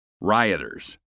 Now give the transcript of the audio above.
Rioters